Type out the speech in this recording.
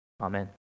Amen